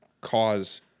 cause